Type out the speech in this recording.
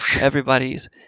everybody's